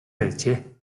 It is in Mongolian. байжээ